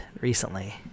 recently